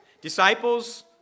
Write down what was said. Disciples